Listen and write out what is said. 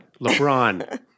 LeBron